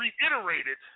reiterated